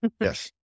Yes